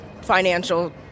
financial